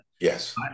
Yes